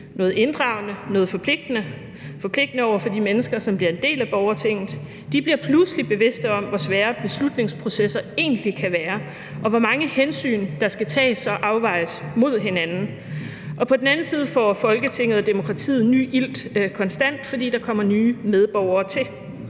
noget inddragende, noget forpligtende – forpligtende over for de mennesker, som bliver en del af borgertinget. De bliver pludselig bevidste om, hvor svære beslutningsprocesser egentlig kan være, og hvor mange hensyn der skal tages og afvejes mod hinanden. På den anden side får Folketinget og demokratiet ny ilt konstant, fordi der kommer nye medborgere til.